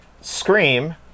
Scream